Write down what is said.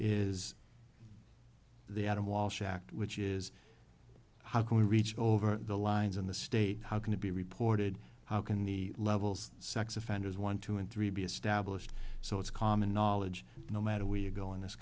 is the adam walsh act which is how can we reach over the lines in the state how can it be reported how can the levels sex offenders one two and three be established so it's common knowledge no matter where you're going this